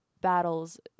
Battles